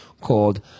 called